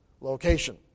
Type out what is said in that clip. location